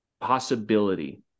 possibility